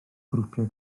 grwpiau